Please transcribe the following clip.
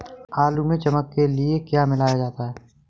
आलू में चमक के लिए क्या मिलाया जाता है?